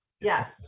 Yes